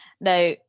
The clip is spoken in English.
Now